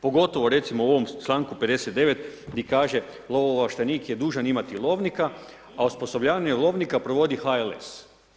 Pogotovo recimo u ovom članku 59. gdje kaže lovo ovlaštenik je dužan imati lovnika, a osposobljavanje lovnika provodi HLS.